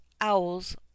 owls